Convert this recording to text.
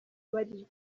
bari